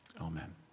Amen